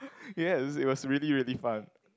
yes it was really really fun